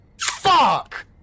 Fuck